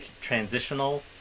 transitional